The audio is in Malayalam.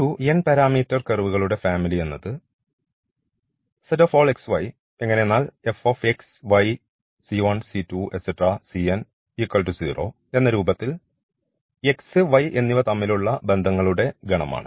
ഒരു n പാരാമീറ്റർ കർവുകളുടെ ഫാമിലി എന്നത് എന്ന രൂപത്തിൽ x y എന്നിവ തമ്മിലുള്ള ബന്ധങ്ങളുടെ ഗണമാണ്